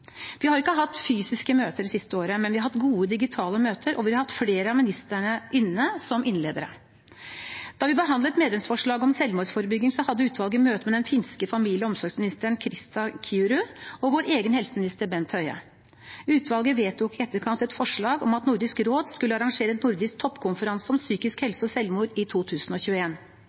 Vi har ikke hatt fysiske møter det siste året, men vi har hatt gode digitale møter, og vi har hatt flere av ministrene inne som innledere. Da vi behandlet medlemsforslaget om selvmordsforebygging, hadde utvalget møte med den finske familie- og omsorgsministeren Krista Kiuru og vår egen helseminister Bent Høie. Utvalget vedtok i etterkant et forslag om at Nordisk råd skulle arrangere en nordisk toppkonferanse om psykisk helse og selvmord i